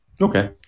Okay